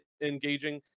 engaging